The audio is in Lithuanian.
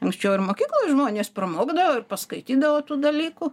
anksčiau ir mokykloj žmonės pramokdavo ir paskaitydavo tų dalykų